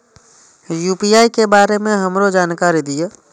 UPI के बारे में हमरो जानकारी दीय?